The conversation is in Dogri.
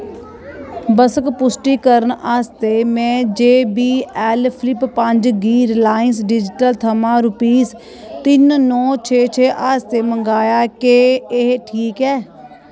बस पुश्टी करन आस्तै में जे बी ऐल्ल फ्लिप पंज गी रिलायंस डिजटल थमां रूपीस तिन्न नौ छे छे आस्तै मंगाया केह् एह् ठीक ऐ